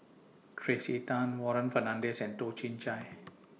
Tracey Tan Warren Fernandez and Toh Chin Chye